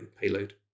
payload